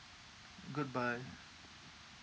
goodbye